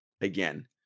again